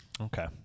Okay